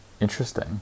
Interesting